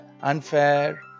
unfair